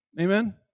Amen